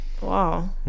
Wow